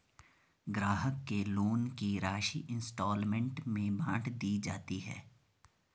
ग्राहक के लोन की राशि इंस्टॉल्मेंट में बाँट दी जाती है